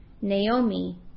Naomi